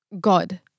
God